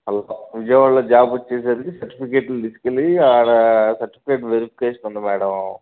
విజయవాడలో జాబ్ వచ్చేసరికి సర్టిఫికెట్లు తీసుకెళ్ళి అక్కడ సర్టిఫికెట్లు వెరిఫికేషన్ ఉంది మేడం